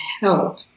help